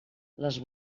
les